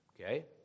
Okay